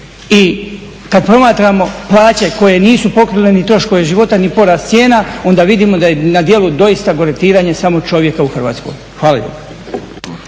I kada promatramo plaće koje nisu pokrile ni troškove života ni porast cijena onda vidimo da je na dijelu doista …/Govornik se ne razumije./… samo čovjeka u hrvatskoj. Hvala